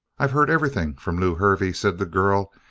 i've heard everything from lew hervey, said the girl,